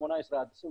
18 עד 24,